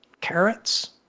carrots